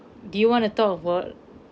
do you want to talk about